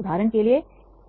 उदाहरण के लिए